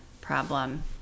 problem